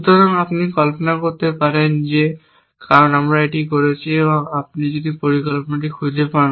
সুতরাং আপনি কল্পনা করতে পারেন যে কারণ আমরা এটি করছি আপনি যদি পরিকল্পনাটি খুঁজে পান